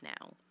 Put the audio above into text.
now